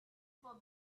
for